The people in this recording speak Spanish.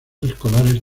escolares